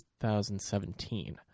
2017